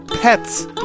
pets